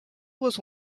was